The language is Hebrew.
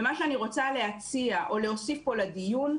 מה שאני רוצה להציע או להוסיף פה לדיון,